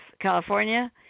California